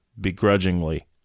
begrudgingly